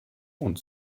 want